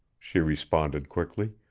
she responded quickly,